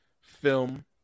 film